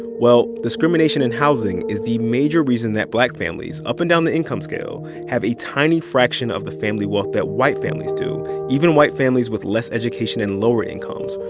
well, discrimination in housing is the major reason that black families up and down the income scale have a tiny fraction of the family wealth that white families do even white families with less education and lower incomes.